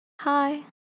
hi